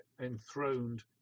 enthroned